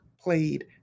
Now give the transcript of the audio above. played